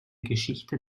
geschichte